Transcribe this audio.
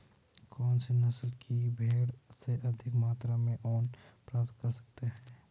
कौनसी नस्ल की भेड़ से अधिक मात्रा में ऊन प्राप्त कर सकते हैं?